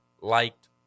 liked